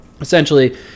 essentially